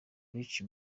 rich